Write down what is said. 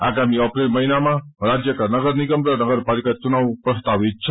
आगामी अप्रेल महिनामा राज्यका नगरनिगम र नगरपालिका चुनाव प्रस्तावित छ